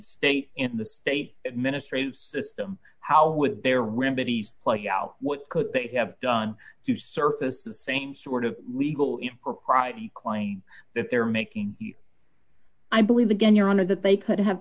state in the state administrative system how would their remedies play out what could they have done to surface the same sort of legal impropriety claim that they're making i believe again your honor that they could have